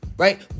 Right